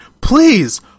please